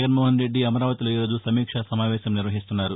జగన్మోహన్ రెడ్డి ఈ రోజు సమీక్షా సమావేశం నిర్వహిస్తున్నారు